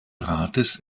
rates